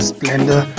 Splendor